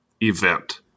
event